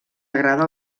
agrada